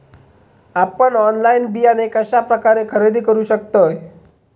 आपन ऑनलाइन बियाणे कश्या प्रकारे खरेदी करू शकतय?